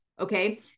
Okay